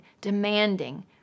demanding